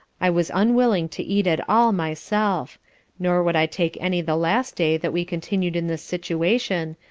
i was unwilling to eat at all myself nor would i take any the last day that we continued in this situation,